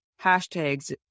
hashtags